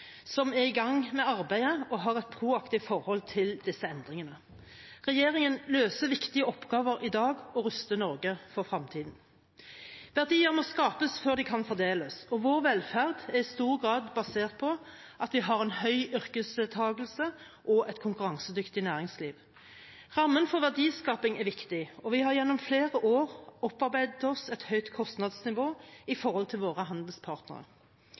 som er i gang med arbeidet, og har et proaktivt forhold til disse endringene. Regjeringen løser viktige oppgaver i dag og ruster Norge for fremtiden. Verdier må skapes før de kan fordeles, og vår velferd er i stor grad basert på at vi har en høy yrkesdeltagelse og et konkurransedyktig næringsliv. Rammen for verdiskaping er viktig, og vi har gjennom flere år opparbeidet oss et høyt kostnadsnivå i forhold til våre handelspartnere.